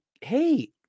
Hey